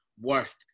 worth